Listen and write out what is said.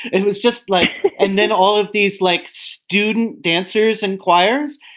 it was just like and then all of these like student dancers and choirs,